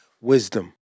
wisdom